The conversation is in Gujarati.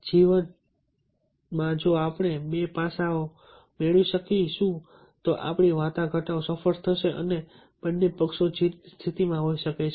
જીવન જો આપણે આ બે પાસાઓ મેળવી શકીશું તો આપણી વાટાઘાટો સફળ થશે અને બંને પક્ષો જીતની સ્થિતિમાં હોઈ શકે છે